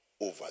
over